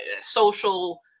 social